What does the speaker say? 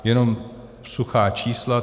Jenom suchá čísla.